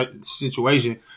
situation